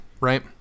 Right